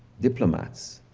diplomats,